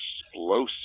explosive